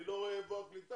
אני לא רואה איפה הקליטה.